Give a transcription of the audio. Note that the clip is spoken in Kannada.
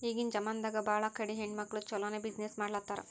ಈಗಿನ್ ಜಮಾನಾದಾಗ್ ಭಾಳ ಕಡಿ ಹೆಣ್ಮಕ್ಕುಳ್ ಛಲೋನೆ ಬಿಸಿನ್ನೆಸ್ ಮಾಡ್ಲಾತಾರ್